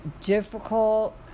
difficult